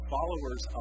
Followers